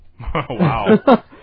wow